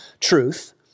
truth